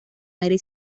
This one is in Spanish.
aire